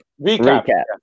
Recap